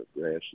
Grass